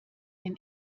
den